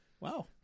Wow